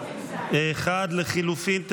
לחלופין ט"ז.